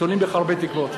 תולים בך הרבה תקוות,